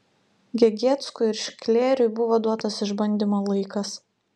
gegieckui ir šklėriui buvo duotas išbandymo laikas